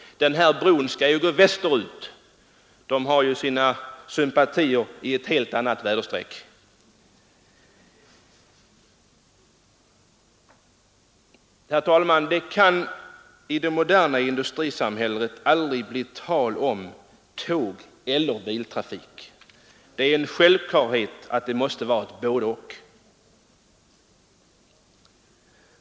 Bron skall gå västerut, och de har ju sina synpatier i ett helt annat väderstreck. Herr talman! Det kan i det moderna industrisamhället aldrig bli tal om tågeller biltrafik. Det är en självklarhet att det måste finnas ett både-och.